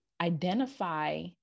identify